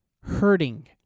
hurting